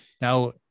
Now